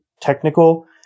technical